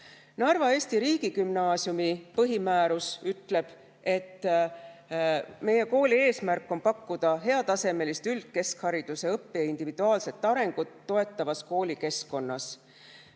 Narva Eesti Riigigümnaasiumi põhimäärus ütleb, et meie kooli eesmärk on pakkuda heal tasemel üldkeskharidust õppija individuaalset arengut toetavas koolikeskkonnas.